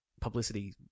publicity